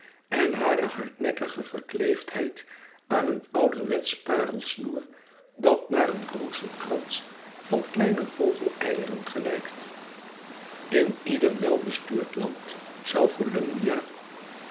en hare hardnekkige verkleefdheid aan een ouderwetsch parelsnoer dat naar een rozenkrans van kleine vogeleieren gelijkt in ieder welbestuurd land zou volumnia